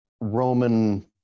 Roman